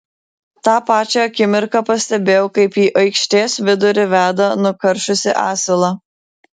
tą pačią akimirką pastebėjau kaip į aikštės vidurį veda nukaršusį asilą